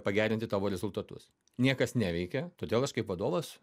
pagerinti tavo rezultatus niekas neveikia todėl aš kaip vadovas